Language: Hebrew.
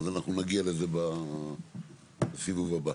אז אנחנו נגיע לזה בסיבוב הבא.